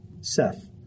Seth